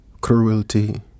cruelty